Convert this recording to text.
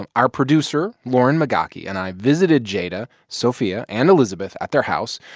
and our producer, lauren migaki, and i visited jada, sophia and elizabeth at their house.